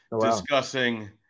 discussing